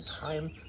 time